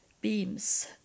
beams